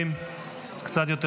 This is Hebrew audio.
קשה היה להגדיר את הדברים טוב יותר